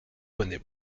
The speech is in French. bonnet